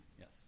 yes